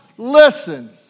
Listen